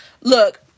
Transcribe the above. look